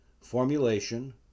formulation